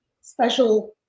special